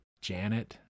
Janet